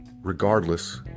regardless